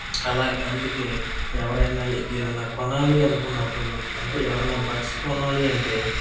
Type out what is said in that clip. అలాగే అందుకే ఎవరైన ఏదైనా కొనాలి అనుకున్నప్పుడు అంటే ఎవరైన బడ్స్ కొనాలి అంటే